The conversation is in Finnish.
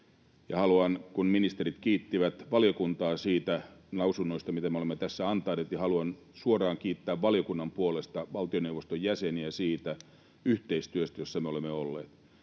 ja kun ministerit kiittivät valiokuntaa lausunnoista, joita me olemme tässä antaneet, haluan suoraan kiittää valiokunnan puolesta valtioneuvoston jäseniä siitä yhteistyöstä, jossa me olemme olleet.